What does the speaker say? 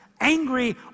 angry